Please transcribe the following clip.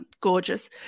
Gorgeous